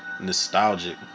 nostalgic